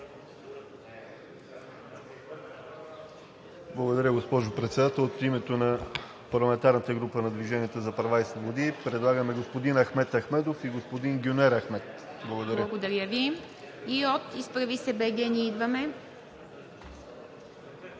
Благодаря, госпожо Председател. От името на парламентарната група на „Движението за права и свободи“ предлагаме господин Ахмед Ахмедов и господин Гюнер Ахмед. Благодаря. ПРЕДСЕДАТЕЛ ИВА МИТЕВА: Благодаря Ви. И от „Изправи се БГ! Ние идваме!“.